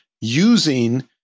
using